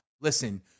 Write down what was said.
Listen